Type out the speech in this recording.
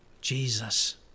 Jesus